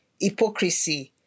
hypocrisy